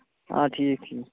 آ ٹھیٖک ٹھیٖک